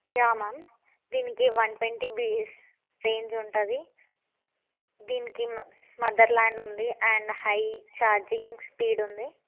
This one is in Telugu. యా మ్యామ్ దీనికి వన్ ట్వంటీ బీస్ రేంజ్ ఉంటుంది దీనికి మ్ మదర్ల్యాండ్ ఉంది అండ్ హై ఛార్జింగ్ స్పీడ్ ఉంది